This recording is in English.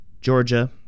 Georgia